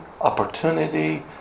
opportunity